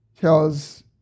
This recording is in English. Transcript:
tells